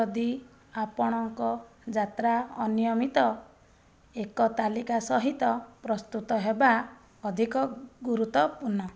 ଯଦି ଆପଣଙ୍କ ଯାତ୍ରା ଅନିୟମିତ ଏକ ତାଲିକା ସହିତ ପ୍ରସ୍ତୁତ ହେବା ଅଧିକ ଗୁରୁତ୍ୱପୂର୍ଣ୍ଣ